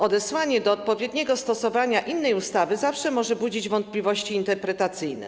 Odesłanie do odpowiedniego stosowania innej ustawy zawsze może budzić wątpliwości interpretacyjne.